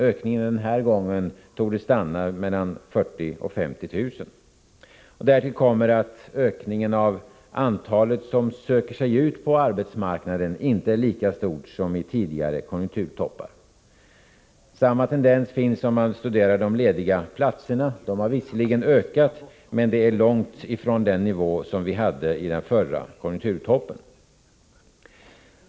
Ökningen den här gången borde stanna vid 40 000-50 000. Därtill kommer att ökningen av antalet personer som söker sig ut på arbetsmarknaden inte är lika stor som vid tidigare konjunkturtoppar. Samma tendens återfinns om man studerar antalet lediga platser, vilket visserligen har ökat — men det är långt ifrån den nivå som vi hade vid den förra konjunkturtoppen.